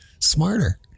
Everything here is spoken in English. Smarter